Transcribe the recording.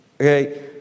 Okay